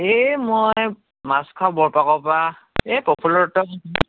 এই মই মাছখোৱা বৰপাকৰ পৰা এই প্ৰফুল্ল দত্তই